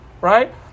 right